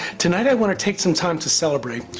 tonight i want to take some time to celebrate,